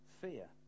fear